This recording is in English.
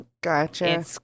Gotcha